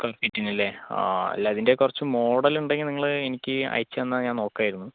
square ഫീറ്റിനല്ലേ ആ അല്ലാ അതിൻ്റെ കുറച്ച് മോഡലുണ്ടെങ്കിൽ നിങ്ങള് എനിക്ക് അയച്ച് തന്നാൽ ഞാൻ നോക്കാമായിരുന്നു